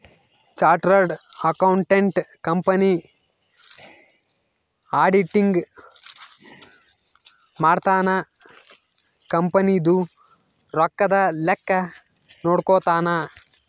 chartered accountant company auditing ಮಾಡ್ತನ company ದು ರೊಕ್ಕದ ಲೆಕ್ಕ ನೋಡ್ಕೊತಾನ